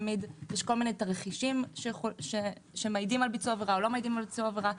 יש כל מיני תרחישים שמעידים או לא מעידים על ביצוע עבירה.